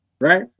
Right